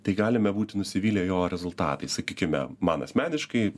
tai galime būti nusivylę jo rezultatais sakykime man asmeniškai